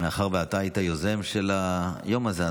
מאחר שאתה היית יוזם של היום הזה,